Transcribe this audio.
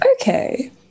Okay